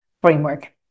framework